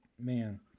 Man